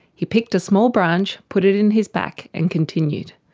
he picked a small branch, put it in his pack and continued.